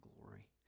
glory